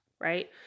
right